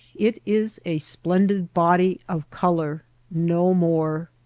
it is a splendid body of color no more.